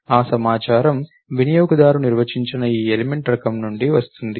ఆ సమాచారం వినియోగదారు నిర్వచించిన ఈ ఎలిమెంట్ రకం నుండి వస్తుంది